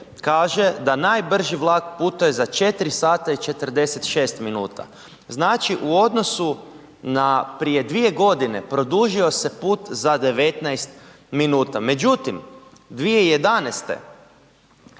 kaže da najbrži vlak putuje za 4 sata i 46 minuta. Znači u odnosu na prije dvije godine produžio se put za 19 minuta. Međutim, 2011.